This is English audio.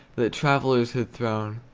that travellers had thrown,